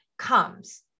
comes